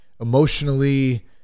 emotionally